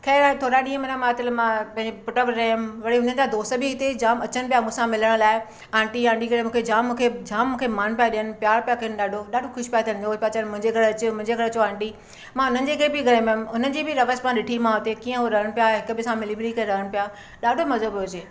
ख़ैर थोरा ॾींहं मना मातल मां पैंजे पुटु वटि रहियमि वरी हुनजा दोस्त बि हिते जाम अचनि पिया मूंसां मिलण लाइ आंटी आंटी करे मूंखे जाम मूंखे जाम मूंखे मान पिया ॾियनि प्यारु पिया कनि ॾाढो ॾाढो ख़ुशि पिया थियनि रोज़ पिया अचनि मुंजे घरु अचो मुंहिंजे घरु अचो आंटी मां हुननि जे के बि घरु वयमि हुननि जी बि रहसि मां ॾिठी मां हुते कीअं हुअ रहण पिया हिकु ॿिए सां मिली विली करे रहण पिया ॾाढो मज़ो पियो अचे